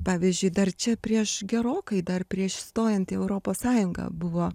pavyzdžiui dar čia prieš gerokai dar prieš stojant į europos sąjungą buvo